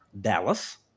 Dallas